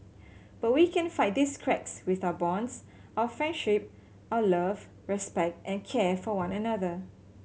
but we can fight these cracks with our bonds our friendship our love respect and care for one another